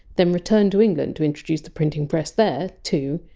then returned to england to introduce the printing press there too,